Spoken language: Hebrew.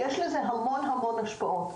יש לזה המון השפעות.